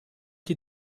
die